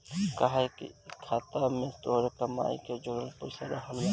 काहे से कि इ खाता में तोहरे कमाई के जोड़ल पईसा रहत हवे